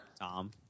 Tom